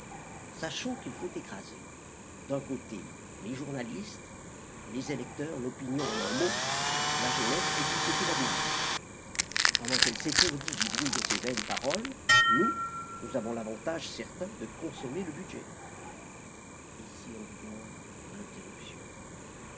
qui il faut écraser d'un côté les journalistes les électeurs l'opinion en un mot la jeunesse et tout ce qui l'admire pendant qu'elle s'étourdit du bruit de ses vaines paroles nous nous avons l'avantage certain de consommer le budget ici encore l'interruption